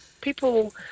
people